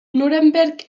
nuremberg